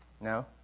no